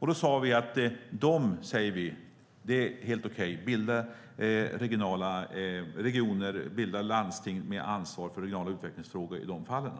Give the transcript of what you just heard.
Till dessa län säger vi: Det är helt okej. Bilda regioner, bilda landsting med ansvar för regionala utvecklingsfrågor i de fallen.